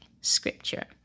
scripture